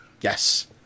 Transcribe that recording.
Yes